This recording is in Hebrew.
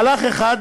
מהלך אחד,